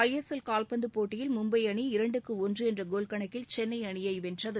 ஐ S L கால்பந்து போட்டியில் மும்பை அணி இரண்டுக்கு ஒன்று என்ற கோல் கணக்கில் சென்னை அணியை வென்றது